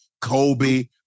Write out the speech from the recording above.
Kobe